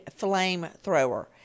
flamethrower